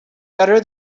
better